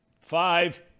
five